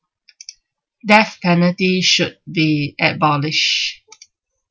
death penalty should be abolished